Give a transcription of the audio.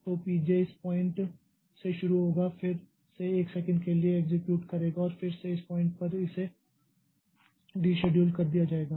तो P j इस point से शुरू होगा फिर से 1 सेकंड के लिए एक्सेक्यूट करेगा और फिर से इस पॉइंट पर इसे डिशेडुल कर दिया जाएगा